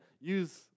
use